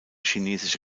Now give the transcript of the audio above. chinesische